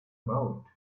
about